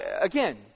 again